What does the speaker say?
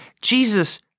Jesus